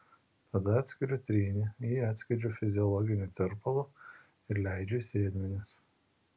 tada atskiriu trynį jį atskiedžiu fiziologiniu tirpalu ir leidžiu į sėdmenis